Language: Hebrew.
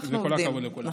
כל הכבוד לכולם.